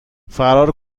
فرار